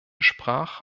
sprach